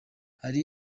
hari